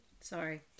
Sorry